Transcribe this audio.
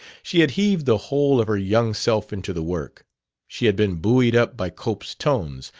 she had heaved the whole of her young self into the work she had been buoyed up by cope's tones,